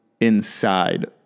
inside